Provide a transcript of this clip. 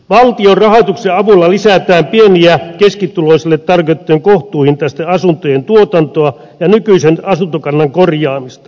valtion rahoitustuen avulla lisätään pieni ja keskituloisille tarkoitettujen kohtuuhintaisten asuntojen tuotantoa ja nykyisen asuntokannan korjaamista